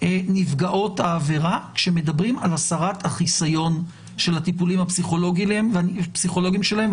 נפגעות העבירה כשמדברים על הסרת החיסיון של הטיפולים הפסיכולוגיים שלהן.